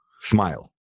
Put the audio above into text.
smile